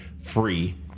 free